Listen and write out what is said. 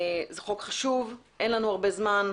זה חוק חשוב, אין לנו זמן רב,